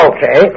Okay